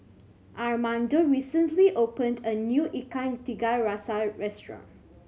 Armando recently opened a new Ikan Tiga Rasa restaurant